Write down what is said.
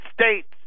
States